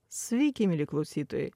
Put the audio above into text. sveiki mieli klausytojai